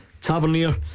Tavernier